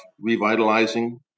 revitalizing